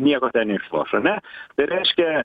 nieko ten neišloš ar ne tai reiškia